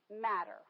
matter